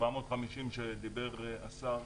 ה-450 שעליהם דיבר השר